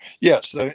Yes